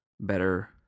better